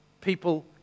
people